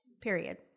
Period